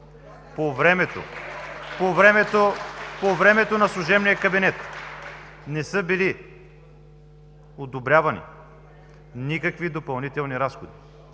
По времето на служебния кабинет не са били одобрявани, никакви допълнителни разходи.